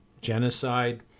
genocide